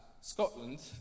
Scotland